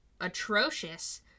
atrocious